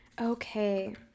Okay